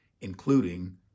including